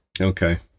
Okay